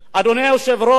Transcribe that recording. אדוני היושב-ראש,